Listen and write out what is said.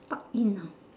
talk enough